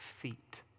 feet